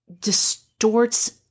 distorts